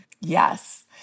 Yes